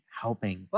helping